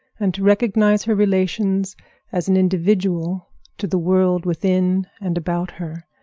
and to recognize her relations as an individual to the world within and about her.